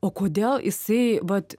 o kodėl jisai vat